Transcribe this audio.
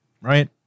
right